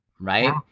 Right